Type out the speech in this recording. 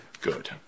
Good